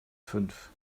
fünf